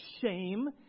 shame